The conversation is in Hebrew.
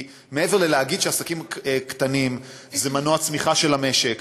כי מעבר ללהגיד שעסקים קטנים זה מנוע צמיחה של המשק,